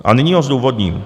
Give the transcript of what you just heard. A nyní ho zdůvodním.